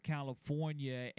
California